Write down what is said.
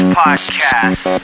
podcast